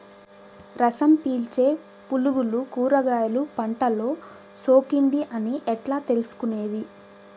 రసం పీల్చే పులుగులు కూరగాయలు పంటలో సోకింది అని ఎట్లా తెలుసుకునేది?